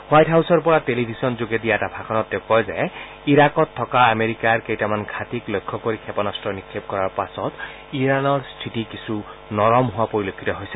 white হাউছৰ পৰা television যোগে দিয়া এটা ভাষণত তেওঁ কয় যে ইৰাকত থকা আমেৰিকাৰ কেইটমান ঘাটিত লক্ষ্য কৰি ক্ষেপণাস্ত্ৰ নিক্ষেপ কৰাৰ পাছত ইৰাণৰ স্থিতি কিছু নৰম হোৱা পৰিলক্ষিত হৈছে